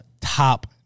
top